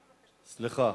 סליחה.